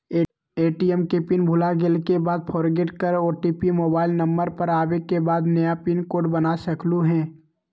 ATM के pin भुलागेल के बाद फोरगेट कर ओ.टी.पी मोबाइल नंबर पर आवे के बाद नया पिन कोड बना सकलहु ह?